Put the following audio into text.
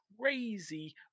crazy